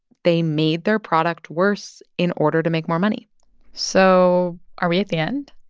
they made their product worse in order to make more money so are we at the end?